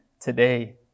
today